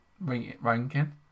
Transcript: ranking